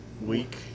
week